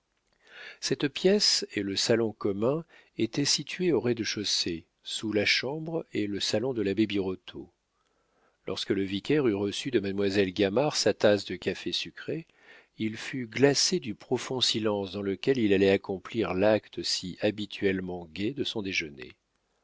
cette pièce et le salon commun étaient situés au rez-de-chaussée sous la chambre et le salon de l'abbé birotteau lorsque le vicaire eut reçu de mademoiselle gamard sa tasse de café sucré il fut glacé du profond silence dans lequel il allait accomplir l'acte si habituellement gai de son déjeuner